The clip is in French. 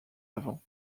avant